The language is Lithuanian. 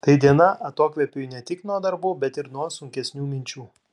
tai diena atokvėpiui ne tik nuo darbų bet ir nuo sunkesnių minčių